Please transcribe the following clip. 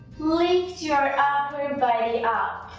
lift yeah upper body up,